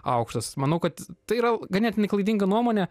aukštas manau kad tai yra ganėtinai klaidinga nuomonė